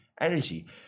Energy